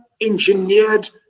engineered